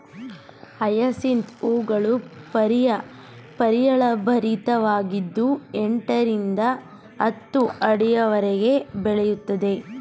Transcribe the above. hyacinth ಹೂಗಳು ಪರಿಮಳಭರಿತವಾಗಿದ್ದು ಎಂಟರಿಂದ ಹತ್ತು ಅಡಿಯವರೆಗೆ ಬೆಳೆಯುತ್ತವೆ